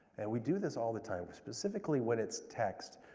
and we do this all the time. specifically when it's text.